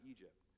Egypt